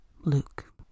Luke